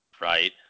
Right